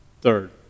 Third